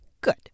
Good